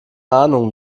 ahnung